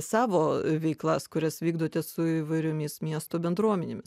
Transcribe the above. savo veiklas kurias vykdote su įvairiomis miesto bendruomenėmis